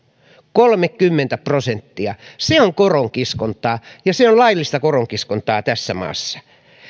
kolmekymmentä prosenttia on koronkiskontaa ja se on laillista koronkiskontaa tässä maassa